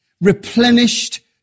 replenished